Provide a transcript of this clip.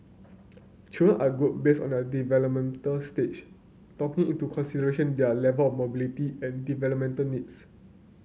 children are grouped based on their developmental stage talking into consideration their level mobility and developmental needs